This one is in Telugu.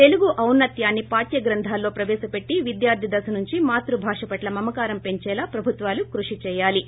తెలుగు ఔనత్యాన్ని పాఠ్య గ్రంధాల్లో ప్రవేశపెట్లీ విద్యార్ధి దశ నుంచి మాతృభాష పట్ల మమకారం పెంచేలా ప్రభుత్వాలు కృషి చేయాలీ